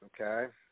Okay